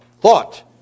thought